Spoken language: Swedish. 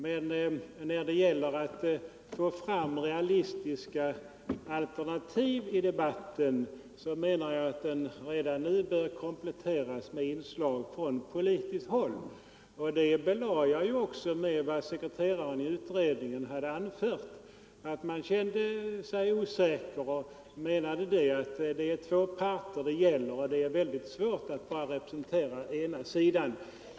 Men när det gäller att få fram realistiska alternativ i den politiska debatten menar jag att gruppen redan nu borde kompletteras med inslag från politiskt håll. Detta belade jag också med vad sekreteraren hade anfört, nämligen att utredningsgruppen kände sig osäker och menade att här är fråga om två parter och det är svårt att bara representera den ena.